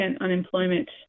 unemployment